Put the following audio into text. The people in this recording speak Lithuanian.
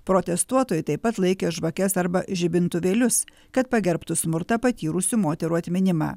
protestuotojai taip pat laikė žvakes arba žibintuvėlius kad pagerbtų smurtą patyrusių moterų atminimą